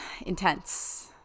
intense